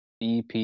ep